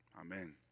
Amen